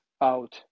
out